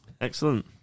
Excellent